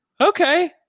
Okay